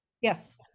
Yes